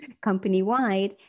company-wide